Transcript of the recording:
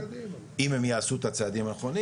אם הם יעשו את הצעדים האחרונים.